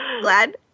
glad